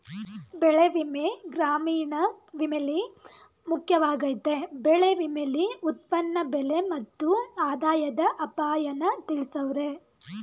ಬೆಳೆವಿಮೆ ಗ್ರಾಮೀಣ ವಿಮೆಲಿ ಮುಖ್ಯವಾಗಯ್ತೆ ಬೆಳೆ ವಿಮೆಲಿ ಉತ್ಪನ್ನ ಬೆಲೆ ಮತ್ತು ಆದಾಯದ ಅಪಾಯನ ತಿಳ್ಸವ್ರೆ